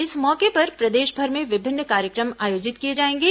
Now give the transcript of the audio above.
इस मौके पर प्रदेशभर में विभिन्न कार्यक्रम आयोजित किए जाएंगे